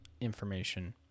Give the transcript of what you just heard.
information